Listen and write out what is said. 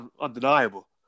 undeniable